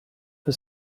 for